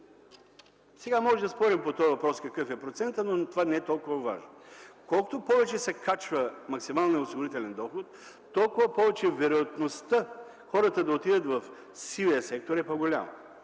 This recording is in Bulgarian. Можем да спорим по този въпрос какъв е процентът, но това не е толкова важно. Колкото повече се качва максималният осигурителен доход, толкова повече вероятността хората да отидат в сивия сектор е по-голяма.